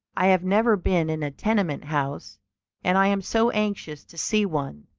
i have never been in a tenement house and i am so anxious to see one.